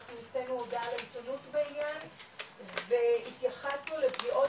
אנחנו הוצאנו הודעה לעיתונות בעניין והתייחסנו לפגיעות